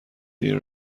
دیر